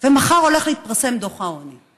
מחר הולך להתפרסם דוח העוני.